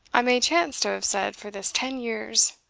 i may chance to have said for this ten years.